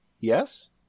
yes